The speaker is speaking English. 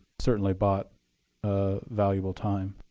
certainly bought ah valuable time.